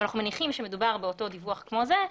אבל אנחנו מניחים שמדובר באותו דיווח כמו זה,